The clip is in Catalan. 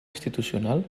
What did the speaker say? institucional